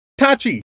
Tachi